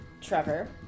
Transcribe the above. Trevor